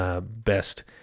best